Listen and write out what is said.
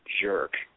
jerk